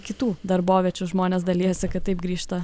kitų darboviečių žmonės dalijasi kad taip grįžta